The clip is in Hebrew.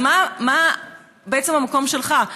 אז מה בעצם המקום שלך?